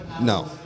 No